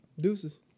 Deuces